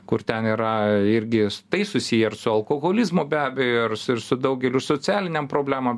kur ten yra irgi tai susiję su alkoholizmu be abejo ir su daugeliu socialinėm problemom